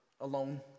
alone